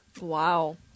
Wow